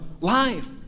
life